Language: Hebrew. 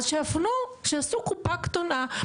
אז שיעשו קופה קטנה.